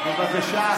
(חבר הכנסת ינון אזולאי יוצא מאולם המליאה.) בבקשה,